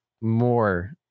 more